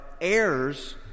heirs